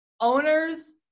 owners